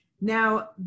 Now